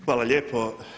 Hvala lijepo.